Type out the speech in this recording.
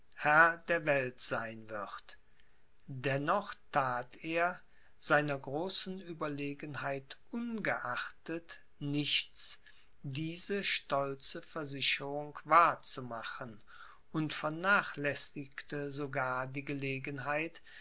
der welt sein wird dennoch that er seiner großen ueberlegenheit ungeachtet nichts diese stolze versicherung wahr zu machen und vernachlässigte sogar die gelegenheit